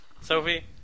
Sophie